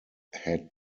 had